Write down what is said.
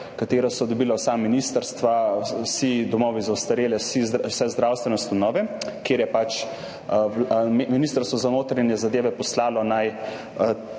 ki so jo dobila vsa ministrstva, vsi domovi za ostarele, vse zdravstvene ustanove, kjer je Ministrstvo za notranje zadeve poslalo, naj